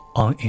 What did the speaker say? on